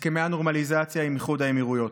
הסכמי הנורמליזציה עם איחוד האמירויות.